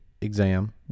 exam